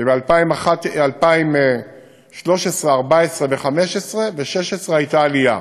וב-2013, 2014, 2015 ו-2016 הייתה עלייה.